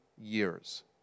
years